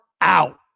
out